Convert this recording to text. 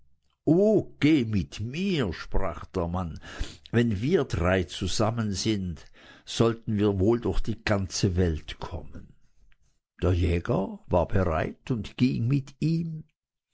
mit mir sprach der mann wenn wir drei zusammen sind sollten wir wohl durch die ganze welt kommen der jäger war bereit und ging mit ihm